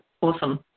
Awesome